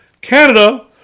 Canada